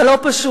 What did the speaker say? זה לא פשוט.